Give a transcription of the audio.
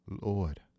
Lord